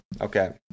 Okay